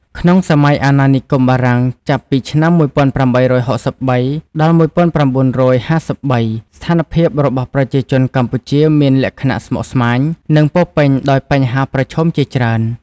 ក្នុងសម័យអាណានិគមបារាំង (ចាប់ពីឆ្នាំ ១៨៦៣-១៩៥៣) ស្ថានភាពរបស់ប្រជាជនកម្ពុជាមានលក្ខណៈស្មុគស្មាញ និងពោរពេញដោយបញ្ហាប្រឈមជាច្រើន។